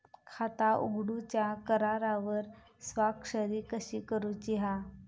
खाता उघडूच्या करारावर स्वाक्षरी कशी करूची हा?